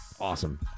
Awesome